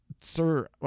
Sir